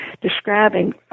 describing